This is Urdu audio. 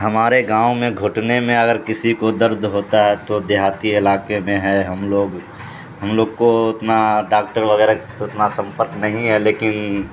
ہمارے گاؤں میں گھٹنے میں اگر کسی کو درد ہوتا ہے تو دیہاتی علاقے میں ہے ہم لوگ ہم لوگ کو اتنا ڈاکٹر وغیرہ اتنا سمپرک نہیں ہے لیکن